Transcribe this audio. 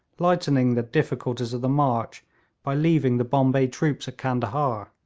lightening the difficulties of the march by leaving the bombay troops at candahar.